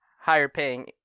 higher-paying